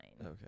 okay